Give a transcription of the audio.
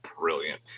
brilliant